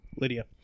Lydia